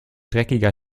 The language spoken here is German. dreckiger